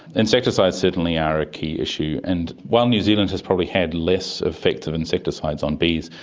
insecticides certainly are a key issue, and while new zealand has probably had less effect of insecticides on bees,